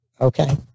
Okay